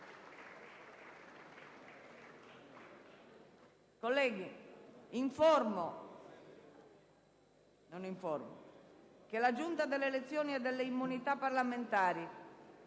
Informo che la Giunta delle elezioni e delle immunità parlamentari